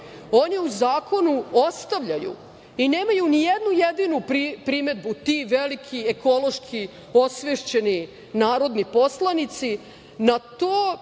oni u zakonu ostavljaju i nemaju ni jednu jedinu primedbu, ti veliki ekološki osvešćeni narodni poslanici, na to